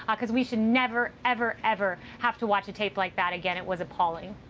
because we should never, ever ever have to watch a tape like that again, it was appalling.